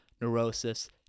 Neurosis